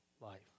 life